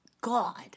God